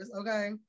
okay